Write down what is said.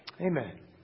Amen